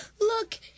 Look